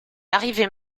arrivait